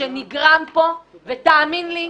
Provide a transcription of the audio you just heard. שנגרם פה, ותאמין לי,